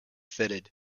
fitted